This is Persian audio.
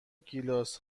گیلاس